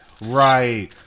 Right